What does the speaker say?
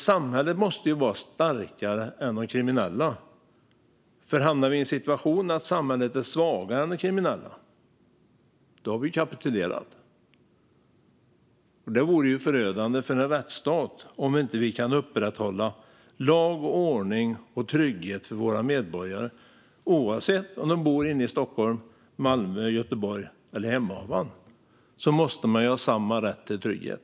Samhället måste vara starkare än de kriminella, för hamnar vi i en situation där samhället är svagare än de kriminella har vi kapitulerat. Det är förödande för rättsstaten om vi inte kan upprätthålla lag och ordning och trygghet för våra medborgare. Oavsett om man bor i Stockholm, Malmö, Göteborg eller Hemavan måste man ha samma rätt till trygghet.